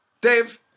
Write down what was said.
Dave